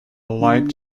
light